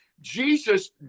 Jesus